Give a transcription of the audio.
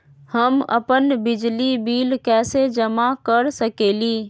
हम अपन बिजली बिल कैसे जमा कर सकेली?